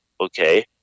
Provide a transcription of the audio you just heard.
okay